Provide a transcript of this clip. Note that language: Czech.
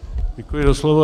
Děkuji za slovo.